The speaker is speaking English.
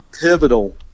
pivotal